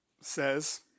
says